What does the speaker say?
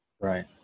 Right